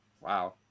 wow